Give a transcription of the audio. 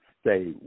stay